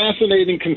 fascinating